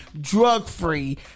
drug-free